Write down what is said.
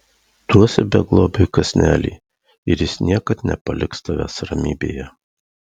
duosi beglobiui kąsnelį ir jis niekad nepaliks tavęs ramybėje